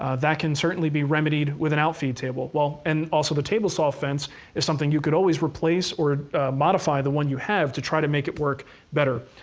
ah that can certainly be remedied with an out-feed table, and also the table saw fence is something you could always replace or modify the one you have to try to make it work better.